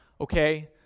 Okay